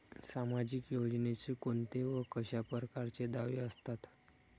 सामाजिक योजनेचे कोंते व कशा परकारचे दावे असतात?